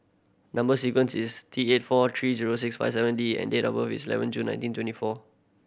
number sequence is T eight four three zero six five seven D and date of birth is eleven June nineteen twenty four